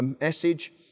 message